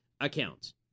accounts